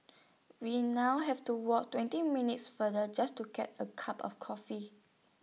we now have to walk twenty minutes farther just to get A cup of coffee